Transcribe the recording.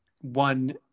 one